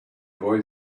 boy